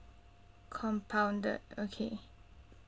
compounded okay